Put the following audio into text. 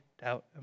doubt